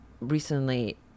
recently